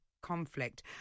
conflict